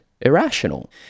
irrational